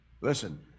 Listen